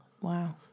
Wow